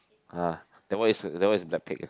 ah that one is a that one is black pig